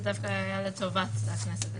זה דווקא היה לטובת הכנסת התקופות,